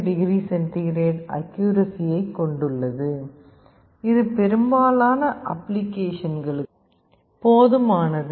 25oC அக்யூரசியைக் கொண்டுள்ளது இது பெரும்பாலான அப்ளிகேஷன்களுக்கு போதுமானது